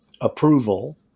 approval